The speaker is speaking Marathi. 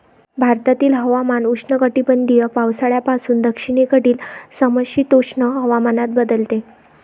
भारतातील हवामान उष्णकटिबंधीय पावसाळ्यापासून दक्षिणेकडील समशीतोष्ण हवामानात बदलते